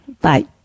Bye